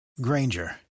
Granger